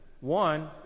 one